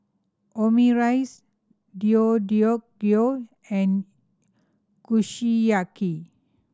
Omurice Deodeok Gui and Kushiyaki